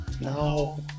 No